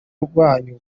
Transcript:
rwanyu